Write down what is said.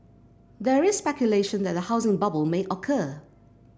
there is speculation that a housing bubble may occur